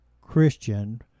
christian